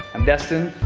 i'm destin,